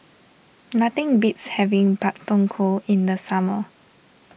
nothing beats having Pak Thong Ko in the summer